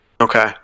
Okay